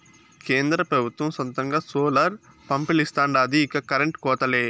కేంద్ర పెబుత్వం సొంతంగా సోలార్ పంపిలిస్తాండాది ఇక కరెంటు కోతలే